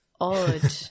odd